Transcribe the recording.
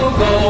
go